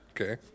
okay